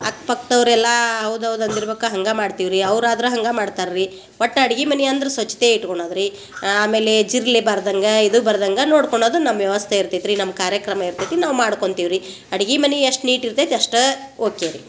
ಅಕ್ಕಪಕ್ಕದವ್ರು ಎಲ್ಲಾ ಹೌದು ಹೌದು ಅಂದಿರ್ಬೆಕು ಹಂಗೆ ಮಾಡ್ತೀವಿ ರೀ ಅವ್ರು ಆದ್ರೆ ಹಂಗೆ ಮಾಡ್ತಾರೆ ರೀ ಒಟ್ಟು ಅಡ್ಗಿ ಮನೆ ಅಂದ್ರೆ ಸ್ವಚ್ಛತೆ ಇಟ್ಕೊಳದು ರೀ ಆಮೇಲೆ ಜಿರಳೆ ಬಾರ್ದಂಗ ಇದು ಬರ್ದಂಗ ನೋಡ್ಕೊಳೋದು ನಮ್ಮ ವ್ಯವಸ್ಥೆ ಇರ್ತೈತೆ ರೀ ನಮ್ಮ ಕಾರ್ಯಕ್ರಮ ಇರ್ತೈತಿ ನಾವು ಮಾಡ್ಕೊಳ್ತೀವಿ ರೀ ಅಡಿಗೆ ಮನೆ ಎಷ್ಟು ನೀಟ್ ಇರ್ತೈತೆ ಅಷ್ಟು ಓಕೆ ರೀ